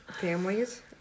families